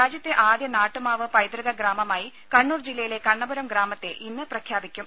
രാജ്യത്തെ ആദ്യ നാട്ടു മാവ് പൈതൃക ഗ്രാമമായി കണ്ണൂർ ജില്ലയിലെ കണ്ണപുരം ഗ്രാമത്തെ ഇന്ന് പ്രഖ്യാപിക്കും